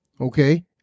Okay